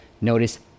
Notice